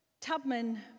Tubman